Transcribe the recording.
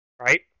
Right